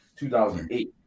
2008